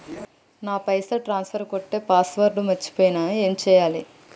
నా పైసల్ ట్రాన్స్ఫర్ కొట్టే పాస్వర్డ్ మర్చిపోయిన ఏం చేయాలి?